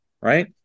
right